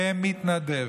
כמתנדב,